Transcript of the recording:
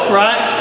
right